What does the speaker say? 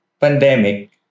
pandemic